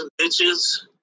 bitches